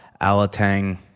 Alatang